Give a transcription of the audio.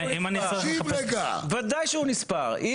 ודאי שהוא נספר.